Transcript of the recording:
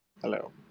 Hello